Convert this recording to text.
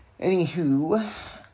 Anywho